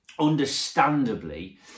understandably